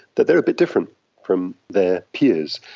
that they are a bit different from their peers.